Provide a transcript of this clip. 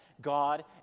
God